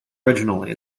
originally